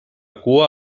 cua